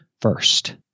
first